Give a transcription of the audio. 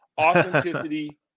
Authenticity